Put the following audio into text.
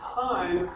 time